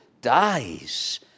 dies